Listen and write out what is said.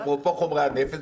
אפרופו חומרי הנפץ,